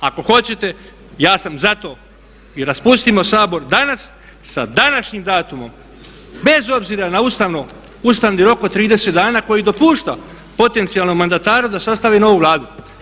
Ako hoćete ja sam za to i raspustimo Sabor danas sa današnjim datumom bez obzira na ustavni rok od 30 dana koji dopušta potencijalnom mandataru da sastavi novu Vladu.